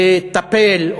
לטפל,